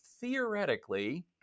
theoretically